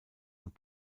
und